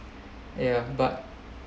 ya but